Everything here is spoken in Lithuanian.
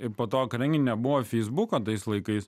ir po to kadangi nebuvo feisbuko tais laikais